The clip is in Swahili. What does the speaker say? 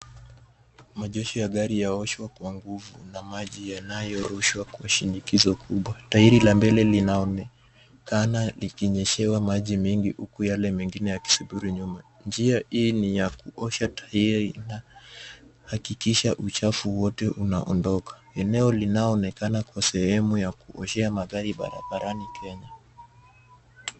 Majeshi ya gari ya oshwa kwa nguvu na maji yanayorushwa kwa shinikizo kubwa. Tairi la mbele linaonekana likinyeshewa maji mengi huku yale mengine ya kisubiri nyuma. Njia hii ni ya kuosha tairi na hakikisha uchafu wote unaondoka. Eneo linaonekana kwa sehemu ya kuoshea magari barabarani Kenya.